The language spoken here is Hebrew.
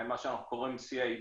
מה שאנחנו קוראים CID,